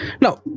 Now